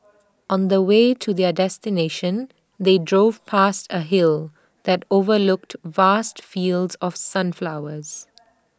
on the way to their destination they drove past A hill that overlooked vast fields of sunflowers